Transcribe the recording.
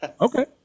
Okay